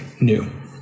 new